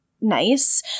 nice